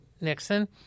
Nixon